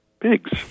pigs